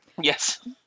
Yes